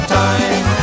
time